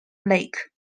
lake